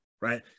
right